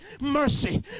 mercy